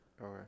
Okay